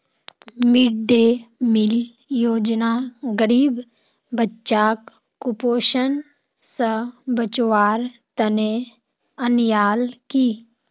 mid day meal योजना गरीब बच्चाक कुपोषण स बचव्वार तने अन्याल कि